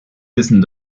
wissen